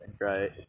Right